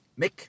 Mick